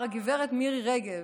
הגב' מירי רגב,